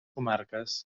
comarques